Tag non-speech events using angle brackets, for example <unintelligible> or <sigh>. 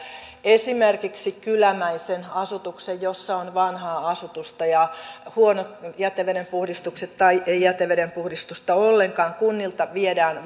esimerkiksi kylämäisen asutuksen alueella jossa on vanhaa asutusta ja huonot jätevedenpuhdistukset tai ei jätevedenpuhdistusta ollenkaan kunnilta viedään <unintelligible>